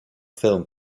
film